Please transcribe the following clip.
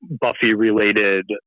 Buffy-related